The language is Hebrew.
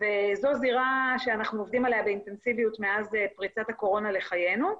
וזו זירה שאנחנו עובדים עליה באינטנסיביות מאז פריצת הקורונה לחיינו,